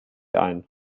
ein